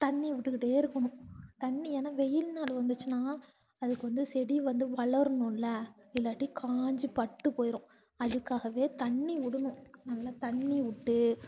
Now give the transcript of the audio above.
தண்ணி விட்டுக்கிட்டே இருக்கணும் தண்ணி ஏன்னால் வெயில் நாள் வந்துச்சுன்னா அதுக்கு வந்து செடி வந்து வளரணுமில இல்லாட்டி காஞ்சி பட்டு போயிடும் அதுக்காகவே தண்ணி விடுணும் நல்லா தண்ணி விட்டு